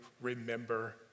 remember